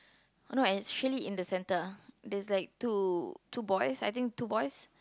uh no actually in the centre there's like two two boys I think two boys